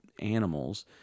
animals